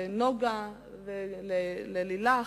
לנוגה וללילך,